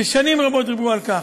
ושנים רבות דיברו על כך.